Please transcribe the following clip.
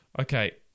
Okay